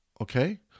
Okay